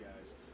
guys